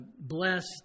blessed